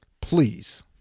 please